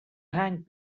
hang